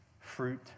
fruit